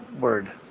word